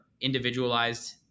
individualized